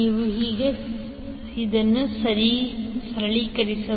ನೀವು ಹೇಗೆ ಸಿಕ್ಕಿದ್ದೀರಿ